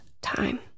time